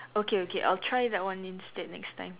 okay okay I'll try that one instead next time